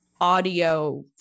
audio